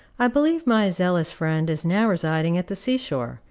i believe my zealous friend is now residing at the sea-shore,